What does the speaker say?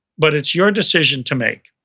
but it's your decision to make.